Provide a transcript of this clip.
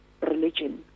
religion